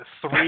three